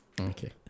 okay